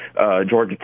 Georgia